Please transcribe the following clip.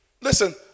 Listen